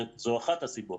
זו אחת הסיבות.